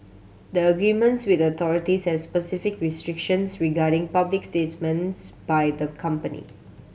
the agreements with the authorities has specific restrictions regarding public statements by the company